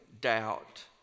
doubt